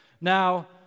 Now